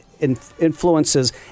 influences